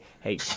hey